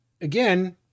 again